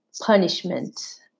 punishment